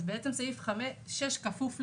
אז בעצם סעיף 6 כפוף ל-5.